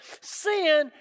sin